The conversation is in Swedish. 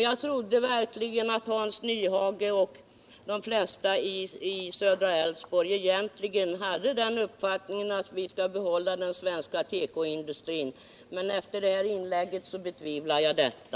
Jag trodde verkligen att Hans Nyhage och de flesta andra i södra Älvsborgs län egentligen hade den uppfattningen, att vi bör behålla den svenska tekoindustrin, men efter det här inlägget betvivlar jag detta.